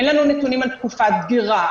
אין לנו נתונים על תקופת דגירה.